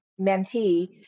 mentee